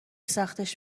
سختش